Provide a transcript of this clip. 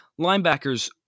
linebackers